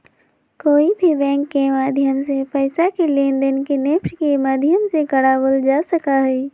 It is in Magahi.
कोई भी बैंक के माध्यम से पैसा के लेनदेन के नेफ्ट के माध्यम से करावल जा सका हई